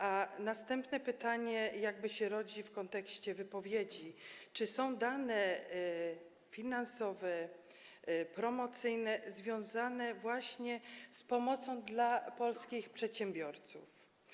A następne pytanie jakby się rodzi w kontekście wypowiedzi: Czy są dane finansowe, promocyjne związane z pomocą dla polskich przedsiębiorców?